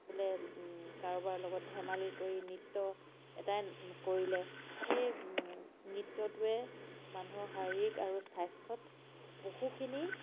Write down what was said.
বোলে কাৰোবাৰ লগত ধেমালি কৰি নৃত্য এটাই কৰিলে সেই নৃত্যটোৱে মানুহৰ শাৰীৰিক আৰু স্বাস্থ্যত বহুখিনি